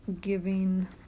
giving